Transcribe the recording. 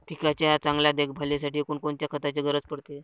पिकाच्या चांगल्या देखभालीसाठी कोनकोनच्या खताची गरज पडते?